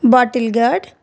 bottle gourd